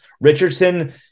Richardson